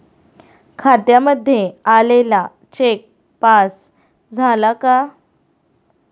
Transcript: खात्यामध्ये आलेला cheque pass झाला का?